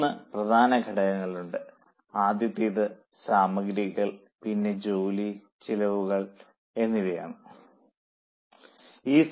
മൂന്ന് പ്രധാന ഘടകങ്ങളുണ്ട് ആദ്യത്തേത് സാമഗ്രികൾ പിന്നെ ജോലി ചെലവുകൾ എന്നിവയാണ്